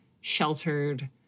sheltered